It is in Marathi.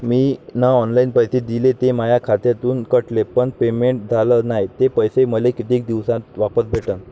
मीन ऑनलाईन पैसे दिले, ते माया खात्यातून कटले, पण पेमेंट झाल नायं, ते पैसे मले कितीक दिवसात वापस भेटन?